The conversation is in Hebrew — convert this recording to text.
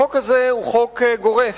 החוק הזה הוא חוק גורף,